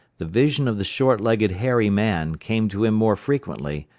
the vision of the short-legged hairy man came to him more frequently,